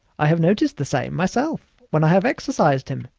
i have noticed the same myself, when i have exercised him.